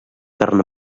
carn